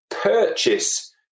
purchase